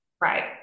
Right